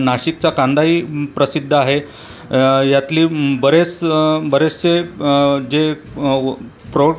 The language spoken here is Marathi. नाशिकचा कांदाही प्रसिद्ध आहे यातली बरेच बरेचसे जे प्रौड